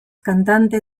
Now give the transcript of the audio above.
cantante